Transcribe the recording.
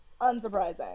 unsurprising